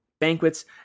Banquets